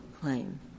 claim